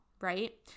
right